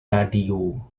radio